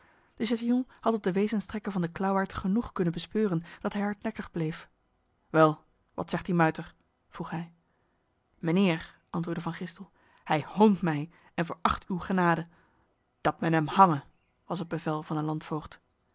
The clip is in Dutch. de chatillon had op de wezenstrekken van de klauwaard genoeg kunnen bespeuren dat hij hardnekkig bleef wel wat zegt die muiter vroeg hij mijnheer antwoordde van gistel hij hoont mij en veracht uw genade dat men hem hange was het bevel van de